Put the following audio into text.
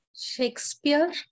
Shakespeare